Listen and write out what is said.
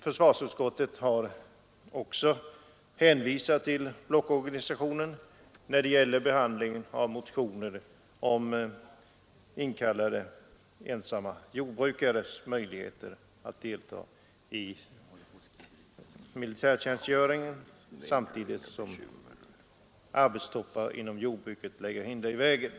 Försvarsutskottet har också hänvisat till blockorganisationen när det gäller behandlingen av motioner om inkallade ensamma jordbrukares möjligheter till befrielse från militärtjänstgöring då arbetstoppar inom jordbruket lägger hinder i vägen.